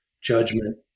judgment